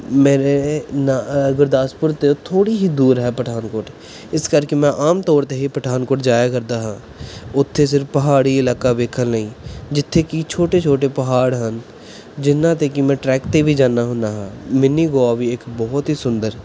ਮੇਰੇ ਨਾਲ ਗੁਰਦਾਸਪੁਰ ਤੋਂ ਥੋੜ੍ਹੀ ਹੀ ਦੂਰ ਹੈ ਪਠਾਨਕੋਟ ਇਸ ਕਰਕੇ ਮੈਂ ਆਮ ਤੌਰ 'ਤੇ ਹੀ ਪਠਾਨਕੋਟ ਜਾਇਆ ਕਰਦਾ ਹਾਂ ਉੱਥੇ ਸਿਰਫ਼ ਪਹਾੜੀ ਇਲਾਕਾ ਵੇਖਣ ਲਈ ਜਿੱਥੇ ਕਿ ਛੋਟੇ ਛੋਟੇ ਪਹਾੜ ਹਨ ਜਿੰਨ੍ਹਾਂ 'ਤੇ ਕਿ ਮੈਂ ਟਰੈਕ 'ਤੇ ਵੀ ਜਾਂਦਾ ਹੁੰਦਾ ਹਾਂ ਮਿੰਨੀ ਗੋਆ ਵੀ ਇੱਕ ਬਹੁਤ ਹੀ ਸੁੰਦਰ